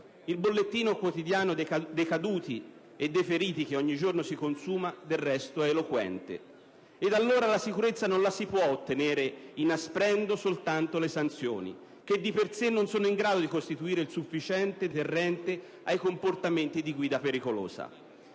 Il bollettino quotidiano dei caduti e dei feriti che ogni giorno si consuma, del resto, è eloquente. Ed allora la sicurezza non la si può ottenere soltanto inasprendo le sanzioni, che di per sé non sono in grado di costituire il sufficiente deterrente ai comportamenti di guida pericolosa.